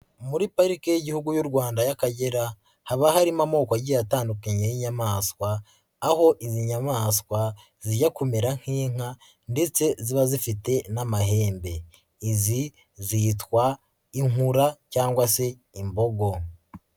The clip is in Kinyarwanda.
Muri parike y'igihugu y'u Rwanda y'Akagera, haba harimo amoko agiye atandukanye y'inyamaswa, aho izi nyamaswa zijya kumera nk'inka ndetse ziba zifite n'amahembe. Izi zitwa inkura cyangwa se imbogo.